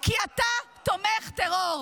/ כי אתה תומך טרור.